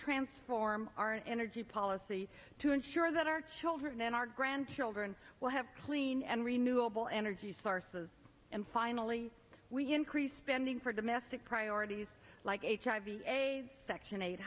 transform our energy policy to ensure that our children and our grandchildren will have clean and renewable energy sources and finally we increase spending for domestic priorities like hiv aids section eight